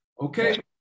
okay